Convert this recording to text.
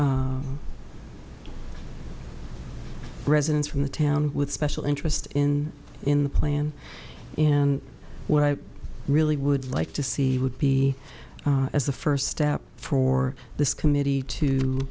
residents from the town with special interest in in the plan and what i really would like to see would be as the first step for this committee to